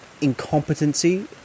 incompetency